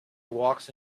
walks